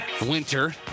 winter